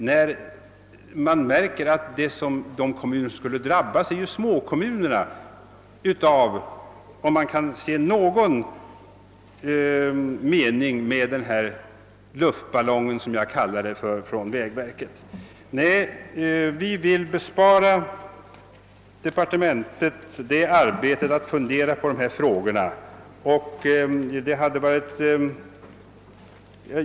Om man kan se någon mening med vad jag kallar vägverkets luftballong, måste det ju bli att det är småkommunerna som kommer att drabbas. Nej, vi vill bespara departementet arbetet med att fundera över dessa frågor.